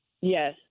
yes